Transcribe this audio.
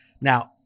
now